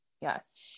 Yes